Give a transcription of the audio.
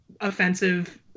offensive